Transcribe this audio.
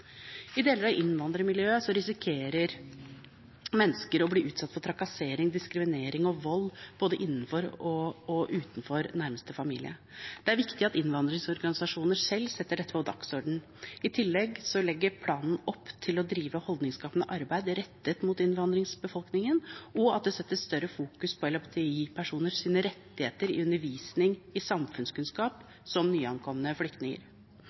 I deler av innvandrermiljøet risikerer mennesker å bli utsatt for trakassering, diskriminering og vold, både innenfor og utenfor nærmeste familie. Det er viktig at innvandrerorganisasjoner selv setter dette på dagsordenen. I tillegg legger planen opp til å drive holdningsskapende arbeid rettet mot innvandrerbefolkningen, og at det fokuseres mer på LHBTI-personers rettigheter i undervisningen i samfunnskunnskap for nyankomne flyktninger.